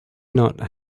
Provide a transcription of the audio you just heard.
not